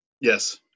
Yes